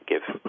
Give